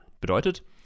Bedeutet